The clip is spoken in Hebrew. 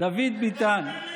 דוד ביטן.